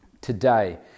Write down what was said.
Today